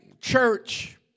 church